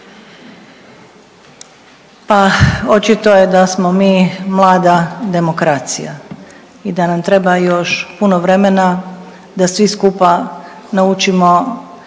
Pa očito je da smo mi mlada demokracija i da nam treba još puno vremena da svi skupa naučimo